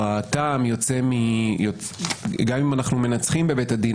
גם אם אנחנו מנצחים בבית הדין,